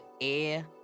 Air